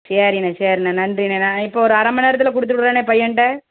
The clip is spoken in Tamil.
சரிண்ணே சரிண்ணே நன்றிண்ணே நான் இப்போது ஒரு அரைமணி நேரத்தில் கொடுத்து விட்றேண்ணே பையன்கிட்ட